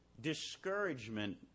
discouragement